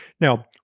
Now